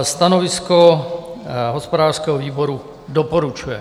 Stanovisko hospodářského výboru: Doporučuje.